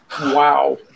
Wow